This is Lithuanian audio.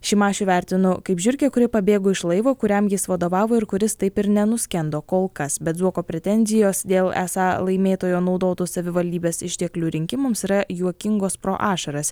šimašių vertinu kaip žiurkę kuri pabėgo iš laivo kuriam jis vadovavo ir kuris taip ir nenuskendo kol kas bet zuoko pretenzijos dėl esą laimėtojo naudotų savivaldybės išteklių rinkimams yra juokingos pro ašaras